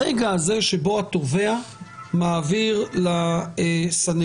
הרגע הזה שבו התובע מעביר לסנגור,